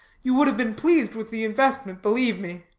you would have been pleased with the investment, believe me.